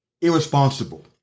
irresponsible